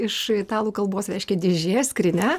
iš italų kalbos reiškia dėžė skrynia